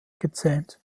gezähnt